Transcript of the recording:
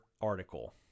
article